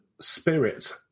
spirit